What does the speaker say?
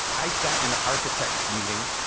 i sat in an architect's meeting,